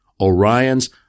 Orion's